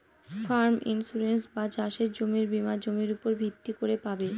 farm insurance বা চাসের জমির বীমা জমির উপর ভিত্তি করে পাবে